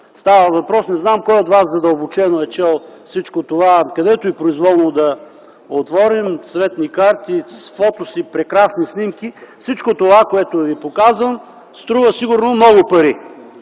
става въпрос. Не знам кой от Вас задълбочено е чел всичко това. Където и произволно да отворим, ако я разгърнете, са цветни карти, фотоси, прекрасни снимки. Всичко това, което Ви показвам, струва сигурно много пари